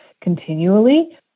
continually